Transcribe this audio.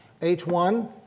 H1